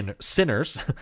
sinners—